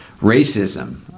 racism